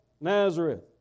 nazareth